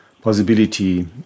possibility